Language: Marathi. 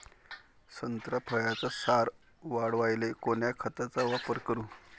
संत्रा फळाचा सार वाढवायले कोन्या खताचा वापर करू?